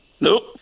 Nope